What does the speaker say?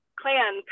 clan